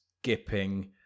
skipping